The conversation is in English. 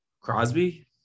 Crosby